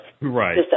right